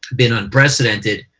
been unprecedented,